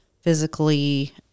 physically